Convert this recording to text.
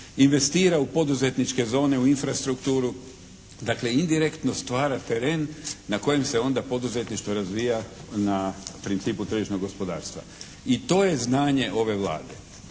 investira u poduzetničke zone u infrastrukturu. Dakle, indirektno stvara teren na kojem se onda poduzetništvo razvija na principu tržišnog gospodarstva. I to je znanje ove Vlade.